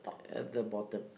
at the bottom